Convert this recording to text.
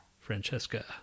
Francesca